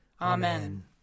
Amen